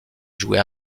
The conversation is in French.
jouer